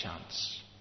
chance